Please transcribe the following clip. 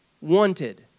wanted